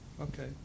Okay